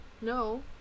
No